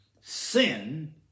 sin